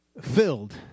filled